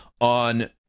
on